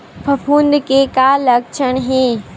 फफूंद के का लक्षण हे?